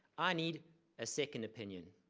i need a second opinion.